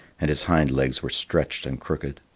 and his hind legs were stretched and crooked.